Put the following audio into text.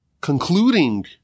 Concluding